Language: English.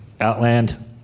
Outland